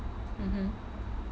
mmhmm